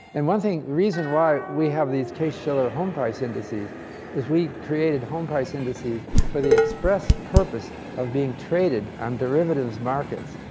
and one reason why we have these case-shiller home price indices is we created home price indices for the express purpose of being traded on derivative's markets,